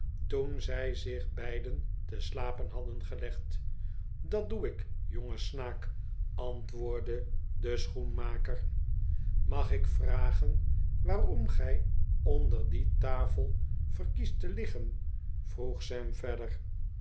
toen zij zich beiden te slapen hadden gelegd t dat doe ik jonge snaak antwoordde de schoenmaker mag ik vragen waarom gij onder die tafel verkiest te liggen vroeg sam verder